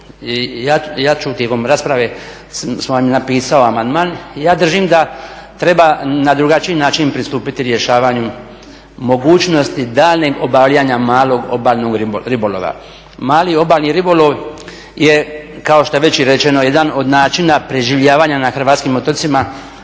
Ja ću tijekom rasprave, sam vam i napisao amandman, ja držim da treba na drugačiji način pristupiti rješavanju mogućnosti daljnjeg obavljanja malog obalnog ribolova. Mali obalni ribolov je kao što je već i rečeno jedan od načina preživljavanja na hrvatskim otocima,